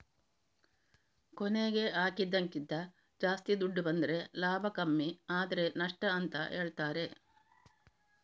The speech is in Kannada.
ಕೊನೆಗೆ ಹಾಕಿದ್ದಕ್ಕಿಂತ ಜಾಸ್ತಿ ದುಡ್ಡು ಬಂದ್ರೆ ಲಾಭ ಕಮ್ಮಿ ಆದ್ರೆ ನಷ್ಟ ಅಂತ ಹೇಳ್ತಾರೆ